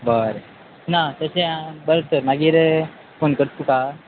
बरें ना तशें आं बरें तर मागीर फोन करता तुका